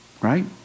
Right